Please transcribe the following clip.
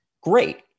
Great